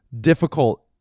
difficult